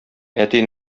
әти